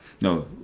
No